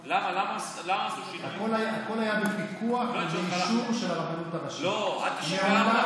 מה לזה ולהמשך קיומה של מדינה יהודית?